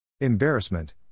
Embarrassment